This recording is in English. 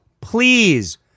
please